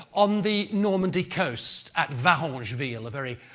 on the normandy coast at varengeville, very